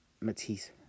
Matisse